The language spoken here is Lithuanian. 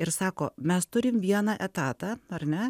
ir sako mes turim vieną etatą ar ne